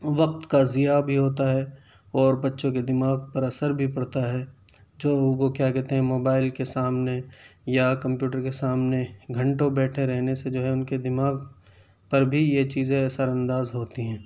وقت کا زیاں بھی ہوتا ہے اور بچوں کے دماغ پر اثر بھی پڑتا ہے جو وہ کیا کہتے ہیں موبائل کے سامنے یا کمپیوٹر کے سامنے گھنٹوں بیٹھے رہنے سے جو ہے ان کے دماغ پر بھی یہ چیزیں اثر انداز ہوتی ہیں